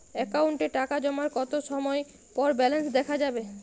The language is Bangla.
অ্যাকাউন্টে টাকা জমার কতো সময় পর ব্যালেন্স দেখা যাবে?